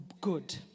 good